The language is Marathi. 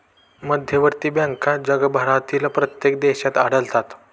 मध्यवर्ती बँका जगभरातील प्रत्येक देशात आढळतात